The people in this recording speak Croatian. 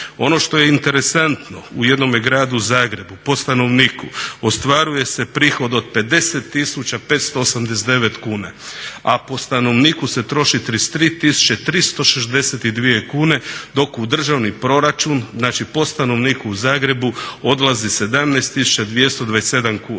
Ono što je interesantno u jednome gradu Zagrebu po stanovniku ostvaruje se prihod od 50.589 kuna, a po stanovniku se troši 33.362 kune, dok u državni proračun po stanovniku u Zagrebu odlazi 17.227 kuna.